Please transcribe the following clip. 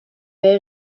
wij